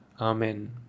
Amen